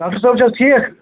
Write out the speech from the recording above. doctor صٲب چھا حظ ٹھیٖک